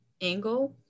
angle